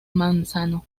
manzano